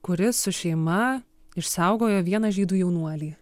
kuri su šeima išsaugojo vieną žydų jaunuolį